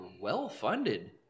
well-funded